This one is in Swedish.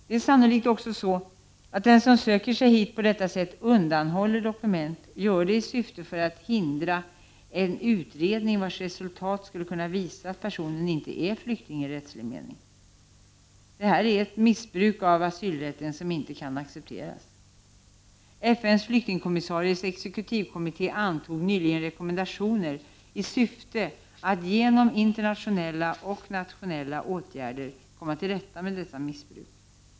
Det är sannolikt också så att den som söker sig hit på detta sätt och undanhåller dokument gör det i syfte att hindra en utredning vars resultat skulle kunna visa att personerna inte är flyktingar i rättslig mening. Detta är ett missbruk av asylrätten som inte kan accepteras. FN:s flyktingkommissaries exekutivkommitté antog nyligen rekommendationer i syfte att genom internationella och nationella åtgärder komma till rätta med detta missbruk.